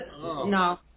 no